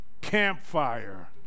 campfire